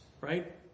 right